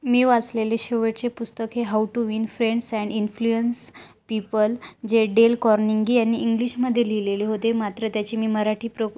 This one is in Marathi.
मी वाचलेले शेवटचे पुस्तक हे how to win friends and influence people जे डेल कॉर्निंगी यांनी इंग्लिशमध्ये लिहिले होते मात्र त्याची मी मराठी प्रो